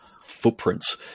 footprints